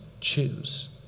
choose